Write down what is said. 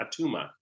Atuma